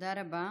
תודה רבה.